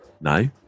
no